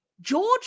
George